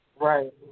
Right